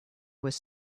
was